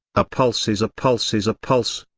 a pulse is a pulse is a pulse.